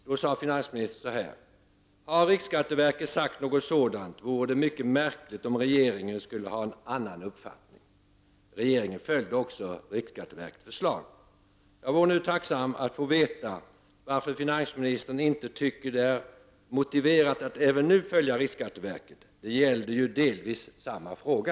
Då sade finansministern: ”Har riksskatteverket sagt något sådant, vore det mycket märkligt om regeringen skulle ha en annan uppfattning.” Regeringen följde också riksskatteverkets förslag. Jag vore nu tacksam att få veta varför finansministern inte tycker att det är motiverat att även nu följa riksskatteverket. Det gäller ju delvis samma fråga.